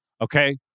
Okay